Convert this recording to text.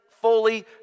fully